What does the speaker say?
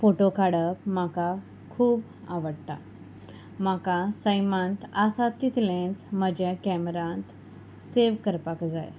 photo काडप म्हाका खूब आवडटा म्हाका सैमांत आसा तितलेंच म्हज्या कॅमेरांत सेव करपाक जाय